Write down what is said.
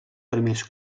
primers